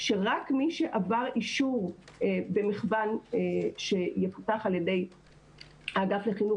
שרק מי שעבר אישור שיפוקח על ידי האגף לחינוך